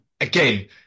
again